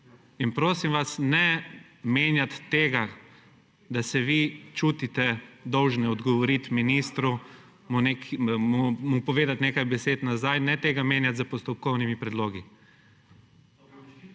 In prosim vas, ne menjati tega, da se vi čutite dolžni odgovoriti ministru, mu povedati nekaj besed nazaj, ne tega menjati s postopkovni predlogi.